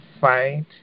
fight